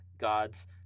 God's